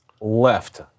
left